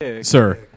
sir